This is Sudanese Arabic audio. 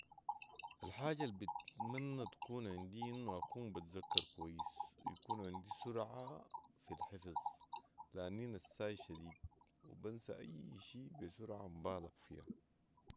الحاجه البتمني تكون عندي اني اكون بتزكر كويس ويكون عندي سرعه في الحفظ ، لاني نساي شديد وبنسي اي شي بسرعه مبالغ فيها